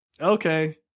okay